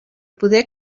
poder